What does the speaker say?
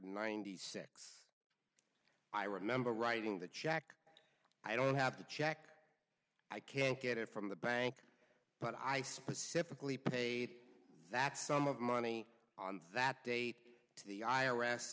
ninety six i remember writing the check i don't have to check i can't get it from the bank but i specifically paid that sum of money on that date to the i